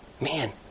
Man